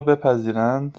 بپذیرند